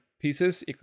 pieces